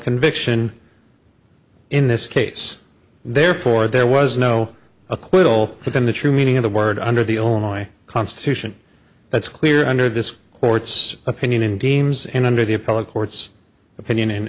conviction in this case therefore there was no acquittal but then the true meaning of the word under the old boy constitution that's clear under this court's opinion in deems and under the appellate court's opinion in